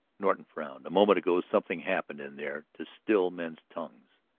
norton frowned a moment ago something happened in there to still men's tongues.